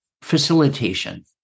facilitation